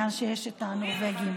מאז שיש את הנורבגים.